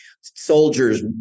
soldiers